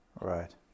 Right